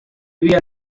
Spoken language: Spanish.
vida